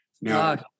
Now